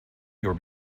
your